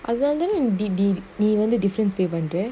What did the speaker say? அதனாலதான:athanaalathaana D_D நீ வந்து:nee vanthu difference pay பன்ர:panra